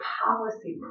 policy